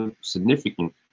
significant